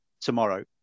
tomorrow